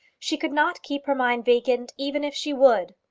she could not keep her mind vacant even if she would.